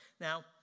Now